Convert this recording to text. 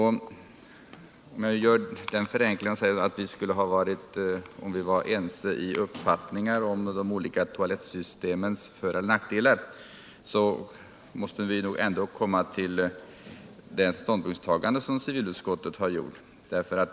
Såvitt jag förstår skulle civilutskottet även under sådana förhållanden ha kommit fram till samma ståndpunktstagande som det som redovisas i betänkandet.